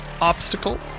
obstacle